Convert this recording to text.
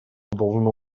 должно